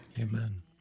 Amen